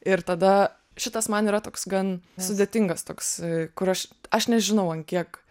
ir tada šitas man yra toks gan sudėtingas toks kur aš aš nežinau ant kiek